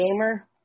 gamer